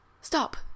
stop